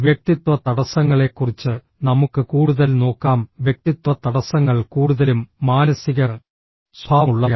വ്യക്തിത്വ തടസ്സങ്ങളെക്കുറിച്ച് നമുക്ക് കൂടുതൽ നോക്കാം വ്യക്തിത്വ തടസ്സങ്ങൾ കൂടുതലും മാനസിക സ്വഭാവമുള്ളവയാണ്